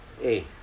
Hey